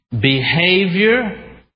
behavior